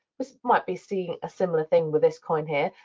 just might be seeing a similar thing with this coin here.